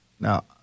Now